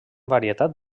varietat